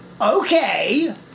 okay